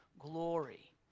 glory